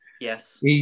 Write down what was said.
Yes